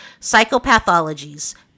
psychopathologies